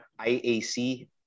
IAC